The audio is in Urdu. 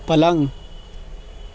پلنگ